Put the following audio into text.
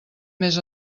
més